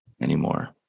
anymore